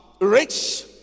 rich